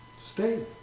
stay